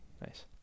Nice